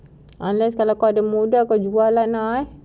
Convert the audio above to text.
unless kau ada muda kau jual lah